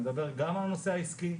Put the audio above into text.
אני מדבר גם על הנושא העסקי,